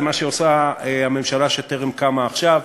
זה מה שעושה הממשלה שטרם קמה עכשיו,